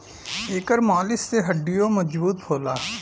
एकर मालिश से हड्डीयों मजबूत होला